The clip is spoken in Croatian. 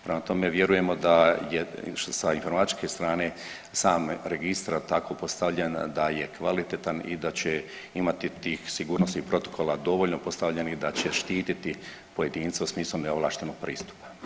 Prema tome vjerujemo da je sa informatičke strane sam registar tako postavljen da je kvalitetan i da će imati tih sigurnosnih protokola dovoljno postavljenih da će štiti pojedince u smislu neovlaštenog pristupa.